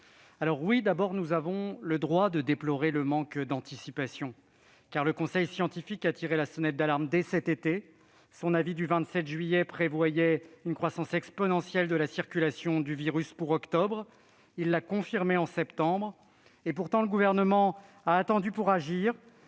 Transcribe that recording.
les cartes. Nous avons le droit de déplorer le manque d'anticipation, car le conseil scientifique a tiré la sonnette d'alarme dès cet été. Dans son avis du 27 juillet, il prévoyait une croissance exponentielle de la circulation du virus pour le mois d'octobre suivant. Il l'a confirmé en septembre dernier. Pourtant, le Gouvernement a attendu pour agir,